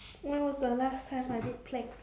when was the last time I did plank